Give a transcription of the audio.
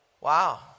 Wow